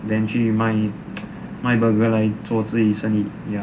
then 去卖卖 burger 来做自己生意